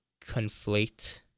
conflate